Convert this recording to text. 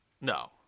no